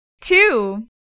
Two